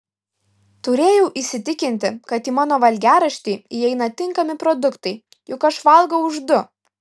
turėjau įsitikinti kad į mano valgiaraštį įeina tinkami produktai juk aš valgau už du